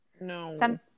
No